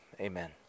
amen